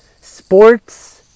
sports